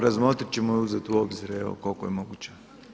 Razmotrit ćemo i uzeti u obzir evo koliko je moguće.